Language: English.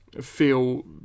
feel